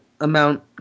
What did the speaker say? amount